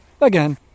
Again